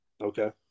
Okay